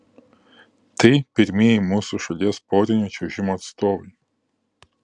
tai pirmieji mūsų šalies porinio čiuožimo atstovai